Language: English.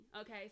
Okay